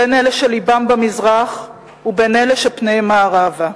בין אלה שלבם במזרח ובין אלה שפניהם מערבה.